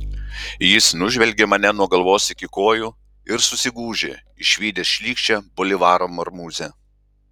jis nužvelgė mane nuo galvos iki kojų ir susigūžė išvydęs šlykščią bolivaro marmūzę